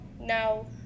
no